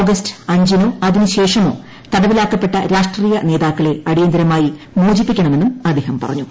August അഞ്ചിനോ അതിനുശേഷമോ തടവിലാക്കപ്പെട്ട രാഷ്ട്രീയ നേതാക്കളെ അടിയന്ത്രമായി മോചിപ്പിക്കണമെന്നും അദ്ദേഹം പറഞ്ഞു